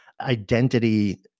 identity